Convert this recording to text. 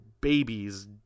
babies